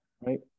right